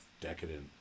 decadent